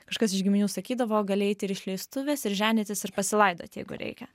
kažkas iš giminių sakydavo gali eiti ir išleistuvės ir ženytis ir pasilaidoti jeigu reikia